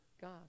God